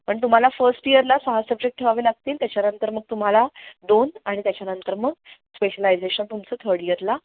पण तुम्हाला फस्ट इयरला सहा सब्जेक्ट ठेवावे लागतील त्याच्यानंतर मग तुम्हाला दोन आणि त्याच्यानंतर मग स्पेशलायजेशन तुमचं थड इयरला